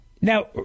Now